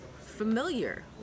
familiar